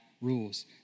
rules